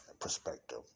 perspective